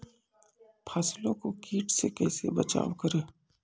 फसलों को कीट से कैसे बचाव करें?